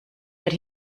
that